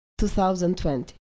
2020